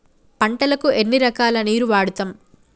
పంటలకు ఎన్ని రకాల నీరు వాడుతం?